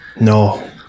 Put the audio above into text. No